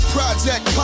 Project